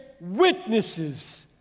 witnesses